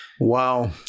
Wow